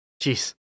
Jeez